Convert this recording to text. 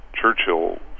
Churchill